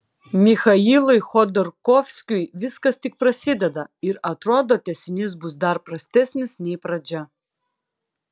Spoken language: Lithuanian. michailui chodorkovskiui viskas tik prasideda ir atrodo tęsinys bus dar prastesnis nei pradžia